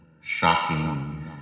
shocking